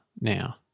now